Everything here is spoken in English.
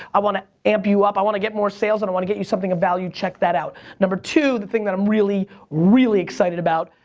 i wanna amp you up, i wanna get more sales, and i wanna get you something of value, check that out. number two, the thing that i'm really really excited about,